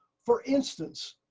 for instance,